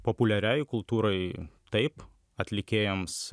populiariajai kultūrai taip atlikėjams